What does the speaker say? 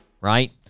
right